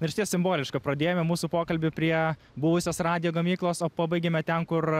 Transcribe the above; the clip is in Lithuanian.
ir išties simboliška pradėjome mūsų pokalbį prie buvusios radijo gamyklos o pabaigėme ten kur